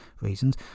reasons